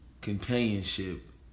companionship